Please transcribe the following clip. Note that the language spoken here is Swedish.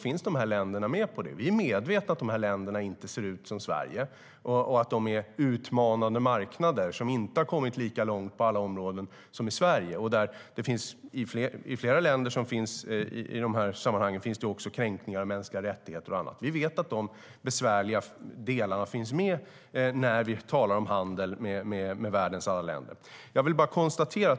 Vi är medvetna om att dessa länder inte ser ut som Sverige och att de är utmanande marknader som inte har kommit lika långt på alla områden som Sverige. I flera av dessa länder förekommer också kränkningar av mänskliga rättigheter och annat. Vi vet att dessa besvärliga delar finns med när vi talar om handel med världens alla länder.